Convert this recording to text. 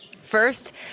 First